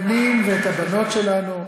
ומגדלים את הבנים ואת הבנות שלנו,